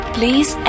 Please